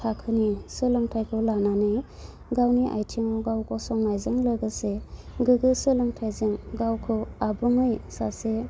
थाखोनि सोलोंथाइखौ लानानै गावनि आयथिंआव गाव गसंनायजों लोगोसे गोग्गो सोलोंथाइजों गावखौ आबुङै सासे